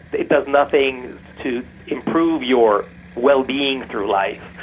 it does nothing to improve your well-being through life.